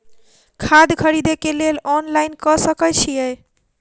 खाद खरीदे केँ लेल ऑनलाइन कऽ सकय छीयै?